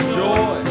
joy